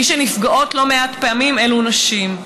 מי שנפגעות לא מעט פעמים הן נשים,